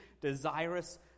desirous